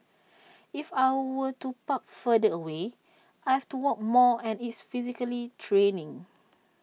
if I were to park further away I have to walk more and it's physically draining